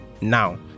now